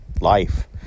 life